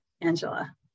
Angela